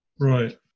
right